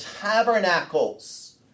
tabernacles